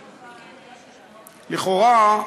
לכאורה,